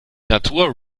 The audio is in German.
natur